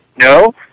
No